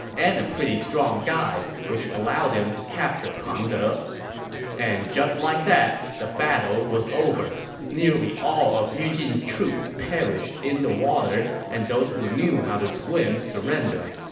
and a strong guy, which allowed him to capture pang de and just like that, the battle was over. nearly all of yu jin's troops perished in the water, and those who knew how to swim surrendered.